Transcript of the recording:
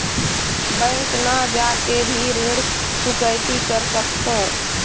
Bank न जाके भी ऋण चुकैती कर सकथों?